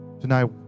tonight